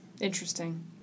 Interesting